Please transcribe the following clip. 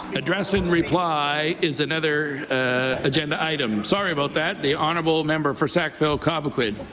address and reply is another ah agenda item. sorry about that. the honourable member for sackville-cobequid.